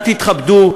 תתכבדו,